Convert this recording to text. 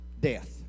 death